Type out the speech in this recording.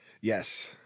yes